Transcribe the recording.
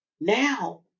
now